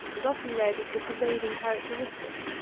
is often read as the pervading characteristic,